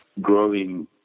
growing